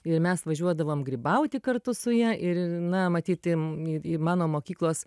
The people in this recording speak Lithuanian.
ir mes važiuodavom grybauti kartu su ja ir na matyt į į į mano mokyklos